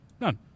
None